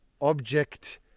object